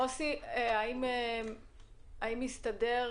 מוסי איתנו?